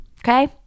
Okay